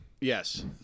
Yes